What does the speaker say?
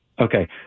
Okay